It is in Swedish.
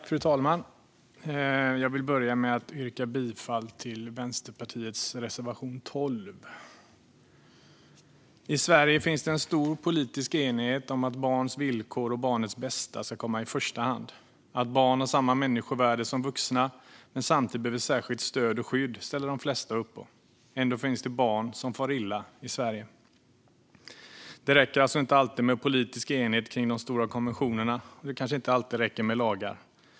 Fru talman! Jag vill börja med att yrka bifall till Vänsterpartiets reservation 12. I Sverige finns en stor politisk enighet om att barns villkor och barnens bästa ska komma i första hand. Att barn har samma människovärde som vuxna men samtidigt behöver särskilt stöd och skydd ställer de flesta upp på. Ändå finns det barn som far illa i Sverige. Det räcker alltså inte med politisk enighet kring de stora konventionerna, och det räcker kanske inte alltid med lagar.